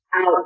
out